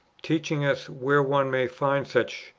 teaching us where one may find such,